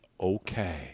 okay